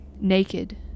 naked